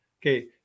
Okay